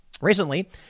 Recently